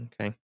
Okay